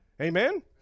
Amen